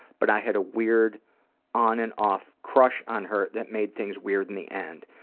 but i had a weird on and off crush on her that made things weird in the end.